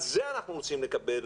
על זה אנחנו רוצים לקבל,